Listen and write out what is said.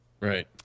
Right